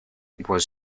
was